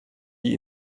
die